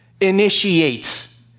initiates